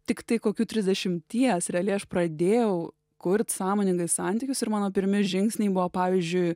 tiktai kokių trisdešimties realiai aš pradėjau kurt sąmoningai santykius ir mano pirmi žingsniai buvo pavyzdžiui